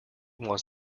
wants